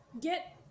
get